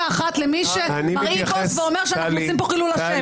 אחת למי שמרעיל פה ואומר שאנחנו עושים פה חילול השם.